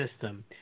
system